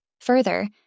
Further